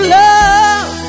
love